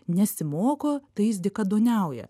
nesimoko tai jis dykaduoniauja